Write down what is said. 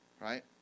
right